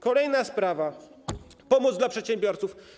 Kolejna sprawa: pomoc dla przedsiębiorców.